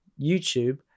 YouTube